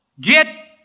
get